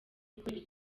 ukorera